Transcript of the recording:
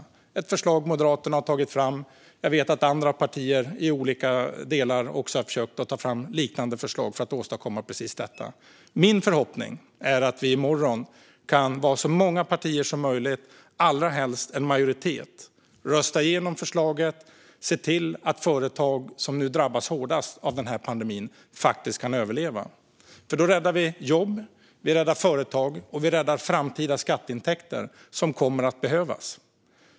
Det är ett förslag som Moderaterna har tagit fram, och jag vet att andra partier i olika delar har försökt ta fram liknande förslag för att åstadkomma precis detta. Min förhoppning är att vi i morgon kan vara så många partier som möjligt, allra helst en majoritet, som kan rösta igenom förslaget och se till att de företag som har drabbats hårdast av den här pandemin faktiskt kan överleva. Då räddar vi jobb, företag och framtida skatteintäkter som kommer att behövas.